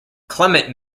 clement